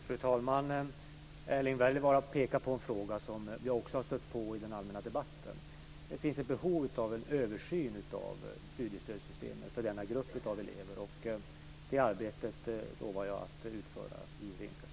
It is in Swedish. Fru talman! Erling Wälivaara pekar på en fråga som vi också har stött på i den allmänna debatten. Det finns behov av en översyn av studiestödssystemet för denna grupp av elever. Det arbetet lovar jag att utföra i Regeringskansliet.